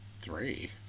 three